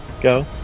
go